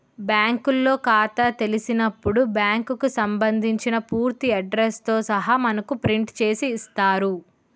బ్యాంకులో ఖాతా తెలిసినప్పుడు బ్యాంకుకు సంబంధించిన పూర్తి అడ్రస్ తో సహా మనకు ప్రింట్ చేసి ఇస్తారు